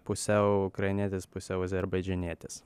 pusiau ukrainietis pusiau azerbaidžanietis